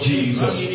Jesus